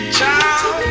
child